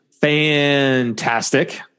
fantastic